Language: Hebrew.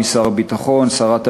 משר הביטחון,